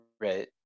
right